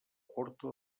porta